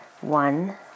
one